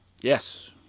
Yes